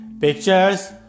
Pictures